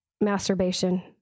masturbation